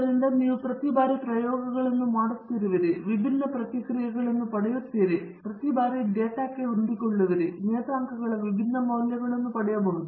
ಆದ್ದರಿಂದ ನೀವು ಪ್ರತಿ ಬಾರಿ ಪ್ರಯೋಗವನ್ನು ಮಾಡುತ್ತಿರುವಿರಿ ನೀವು ವಿಭಿನ್ನ ಪ್ರತಿಕ್ರಿಯೆಗಳನ್ನು ಪಡೆಯುತ್ತೀರಿ ಮತ್ತು ಪ್ರತಿ ಬಾರಿ ನೀವು ಡೇಟಾಕ್ಕೆ ಹೊಂದಿಕೊಳ್ಳುವಿರಿ ನಿಯತಾಂಕಗಳ ವಿಭಿನ್ನ ಮೌಲ್ಯಗಳನ್ನು ಪಡೆಯಬಹುದು